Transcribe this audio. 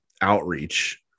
outreach